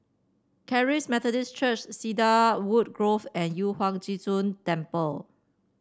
Charis Methodist Church Cedarwood Grove and Yu Huang Zhi Zun Temple